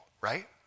right